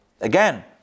Again